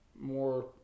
more